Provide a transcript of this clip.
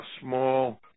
small